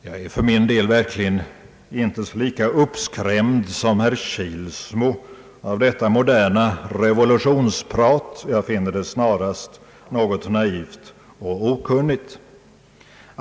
Jag är för min del inte lika uppskrämd som herr Kilsmo av detta moderna revolutionsprat. Jag finner det snarast något naivt och okunnigt.